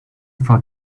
for